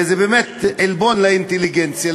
זה באמת עלבון לאינטליגנציה,